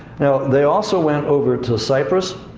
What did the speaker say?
now, they also went over to cyprus,